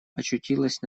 очутилась